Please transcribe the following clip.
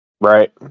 Right